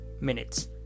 minutes